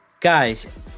Guys